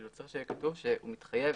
צריך שיהיה כתוב שהוא מתחייב